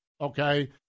okay